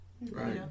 Right